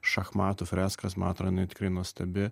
šachmatų freskas man atrodo jinai tikrai nuostabi